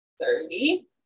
thirty